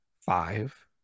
Five